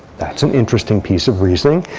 that's an interesting piece of reasoning.